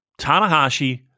Tanahashi